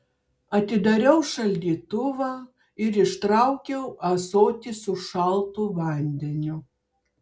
atidariau šaldytuvą ir ištraukiau ąsotį su šaltu vandeniu